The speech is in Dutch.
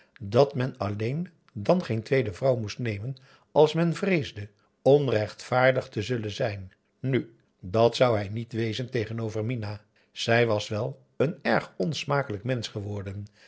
dat men alleen dan geen tweede vrouw moest nemen als men vreesde onrechtvaardig te zullen zijn nu dat zou hij niet wezen tegenover minah zij was wel een erg onsmakelijk mensch geworden